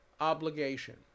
obligation